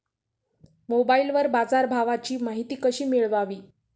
मोबाइलवर बाजारभावाची माहिती कशी मिळवावी?